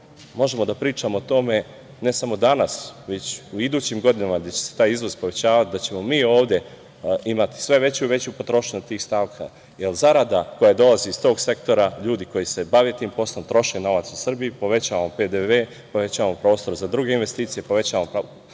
možemo da pričamo o tome ne samo danas već u idućim godinama gde će se taj izvoz povećavati, da ćemo mi ovde imati sve veću i veću potrošnju tih stavki jer zarada koja dolazi iz tog sektora, ljudi koji se bave tim poslom troše novac u Srbiji, povećavamo PDV, povećavamo prostor za druge investicije, povećamo